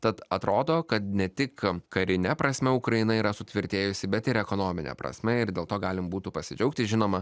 tad atrodo kad ne tik karine prasme ukraina yra sutvirtėjusi bet ir ekonomine prasme ir dėl to galim būtų pasidžiaugti žinoma